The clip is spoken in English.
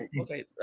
okay